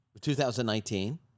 2019